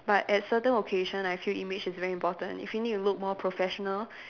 but at certain occasion I feel image is very important if you need to look more professional